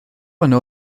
yno